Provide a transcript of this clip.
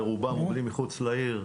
ורובם עובדים מחוץ לעיר,